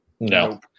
no